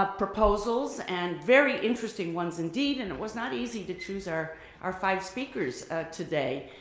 ah proposals and very interesting ones indeed, and it was not easy to choose our our five speakers today,